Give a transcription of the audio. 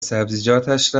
سبزیجاتش